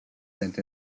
sent